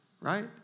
right